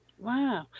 wow